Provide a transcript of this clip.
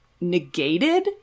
negated